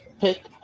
pick